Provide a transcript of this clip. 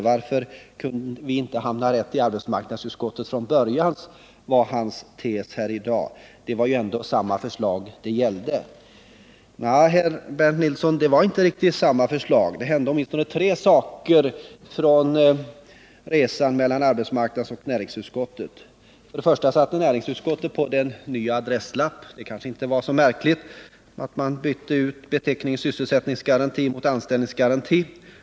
Varför kunde vi inte hamna rätt i arbetsmarknadsutskottet från början, frågade Bernt Nilsson. Det var ju ändå samma förslag det gällde, var hans tes här i dag. Nej, Bernt Nilsson, det var inte riktigt samma förslag. Det hände tre saker med det här ärendet under resan från arbetsmarknadsutskottet till näringsutskottet. För det första satte näringsutskottet på en ny etikett, och det kanske inte var så märkligt. Man bytte nämligen ut ”sysselsättningsgaranti” mot ”anställningsgaranti”.